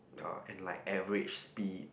uh and like average speed